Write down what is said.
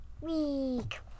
week